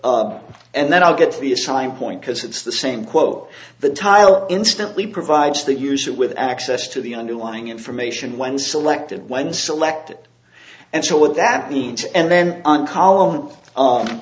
the and then i'll get to the assigned point because it's the same quote the tile instantly provides the usual with access to the underlying information when selected when selected and so what that means and then on column